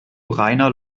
reiner